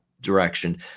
direction